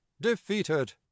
defeated